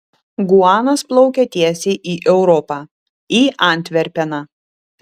guanas plaukia tiesiai į europą į antverpeną